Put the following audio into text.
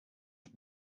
for